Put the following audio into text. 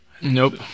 Nope